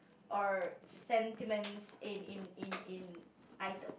or sentiments in in in in item